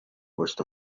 west